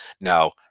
Now